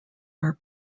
are